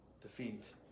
defeat